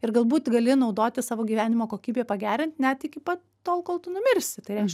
ir galbūt gali naudoti savo gyvenimo kokybei pagerint net iki pat tol kol tu numirsi tai reiš